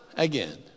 Again